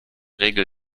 regel